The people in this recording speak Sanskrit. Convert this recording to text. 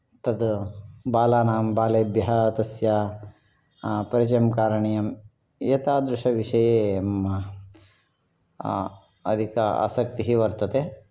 तद् बालानां बालेभ्यः तस्य परिचयं कारणीयम् एतादृशविषये मम अधिक आसक्तिः वर्तते